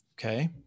Okay